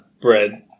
bread